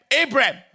Abraham